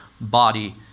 body